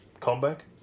Comeback